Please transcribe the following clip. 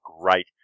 great